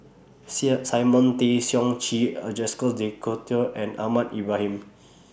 Simon Tay Seong Chee Are Jacques De Coutre and Ahmad Ibrahim